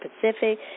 Pacific